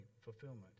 fulfillment